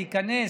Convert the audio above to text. להיכנס,